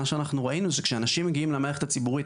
מה שאנחנו ראינו זה שכשאנשים מגיעים למערכת הציבורית,